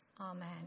Amen